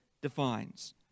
defines